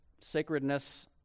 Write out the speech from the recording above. sacredness